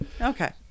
Okay